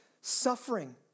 suffering